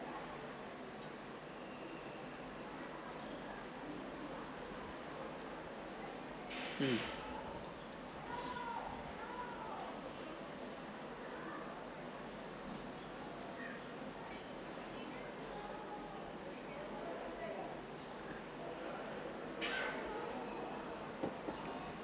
um